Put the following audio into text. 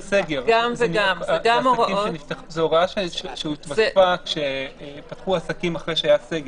זו הוראה שהיתוספה כשפתחו עסקים אחרי שהיה סגר.